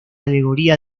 alegoría